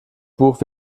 buch